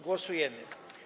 Głosujemy.